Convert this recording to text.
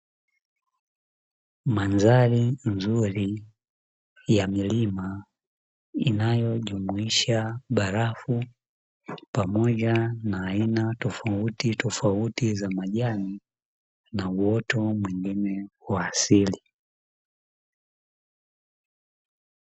Mandhari nzuri ya milima inayojumuisha barafu pamoja na aina tofautitofauti za majani na uoto mwengine wa asili.